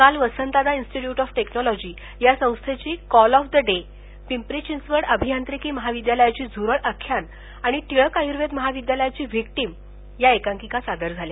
काल Vasantdada institute of technology या संस्थेची call of the day Pimpri Chinchwad अभियांअिकी महाविद्यालयाची झुरळ आख्यान आणि टिळक आयुर्वेद महाविद्यालयाची विक्टीम या एकांकिका सादर झाल्या